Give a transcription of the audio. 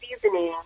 seasoning